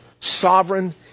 sovereign